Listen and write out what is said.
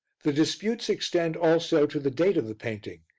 the disputes extend also to the date of the painting,